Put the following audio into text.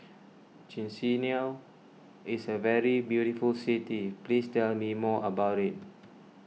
Chisinau is a very beautiful city please tell me more about it